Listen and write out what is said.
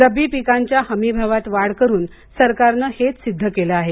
रब्बी पिकांच्या हमी भावात वाढ करून सरकारनं हेच सिद्ध केलं आहे